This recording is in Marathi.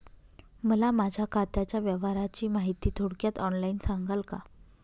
मला माझ्या खात्याच्या व्यवहाराची माहिती थोडक्यात ऑनलाईन सांगाल का?